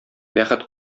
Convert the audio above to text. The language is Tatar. бәхет